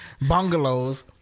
bungalows